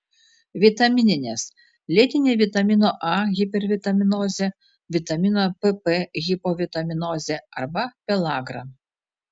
vitamininės lėtinė vitamino a hipervitaminozė vitamino pp hipovitaminozė arba pelagra